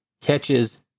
catches